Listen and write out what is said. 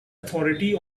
authority